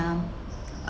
uh